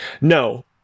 No